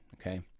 okay